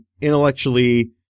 intellectually